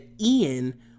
Ian